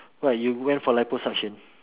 what you went for liposuction